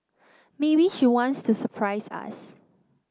maybe she wants to surprise us